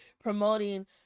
promoting